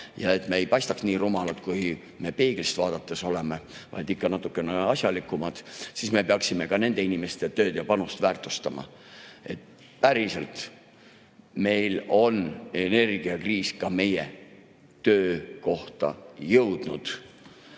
ja me ei paistaks nii rumalad, kui meile peeglist vaadates [tundub], vaid ikka natukene asjalikumad – me peaksime ka nende inimeste tööd ja panust väärtustama. Päriselt! Energiakriis on ka meie töökohta jõudnud.